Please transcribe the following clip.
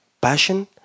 passion